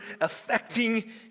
affecting